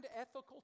ethical